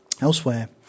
elsewhere